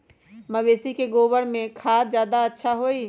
मवेसी के गोबर के खाद ज्यादा अच्छा होई?